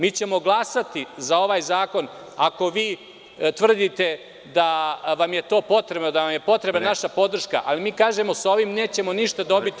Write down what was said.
Mi ćemo glasati za ovaj zakon ako vi tvrdite da vam je to potrebno, da vam je potrebna naša podrška, ali mi kažemo da sa ovim ništa novo nećemo dobiti.